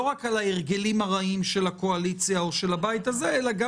רק על ההרגלים הרעים של הקואליציה או של הבית הזה אלא גם